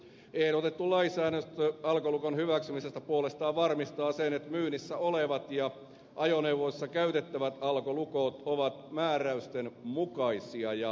ehdotettu lainsäännöstö alkolukon hyväksymisestä puolestaan varmistaa sen että myynnissä olevat ja ajoneuvoissa käytettävät alkolukot ovat määräysten mukaisia ja turvallisia